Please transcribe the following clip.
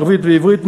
ערבית ועברית,